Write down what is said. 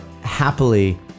happily